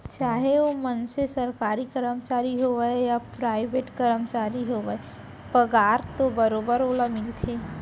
चाहे ओ मनसे सरकारी कमरचारी होवय या पराइवेट करमचारी होवय पगार तो बरोबर ओला मिलथे